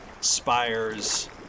spires